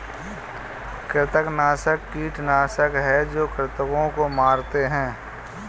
कृंतकनाशक कीटनाशक हैं जो कृन्तकों को मारते हैं